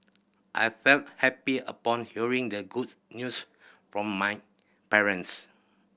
I felt happy upon hearing the good news from my parents